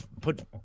put